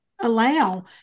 allow